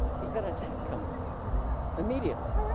he's got an attack coming immediately